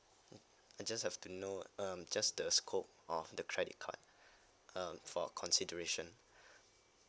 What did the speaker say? mm I just have to know um just the scope of the credit card uh for consideration